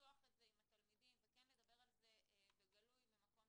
לפתוח את זה עם התלמידים וכן לדבר על זה בגלוי ממקום